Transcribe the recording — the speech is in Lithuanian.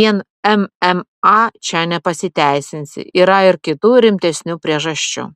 vien mma čia nepasiteisinsi yra ir kitų rimtesnių priežasčių